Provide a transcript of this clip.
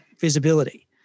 visibility